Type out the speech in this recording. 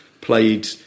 played